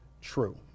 true